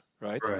Right